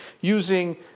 using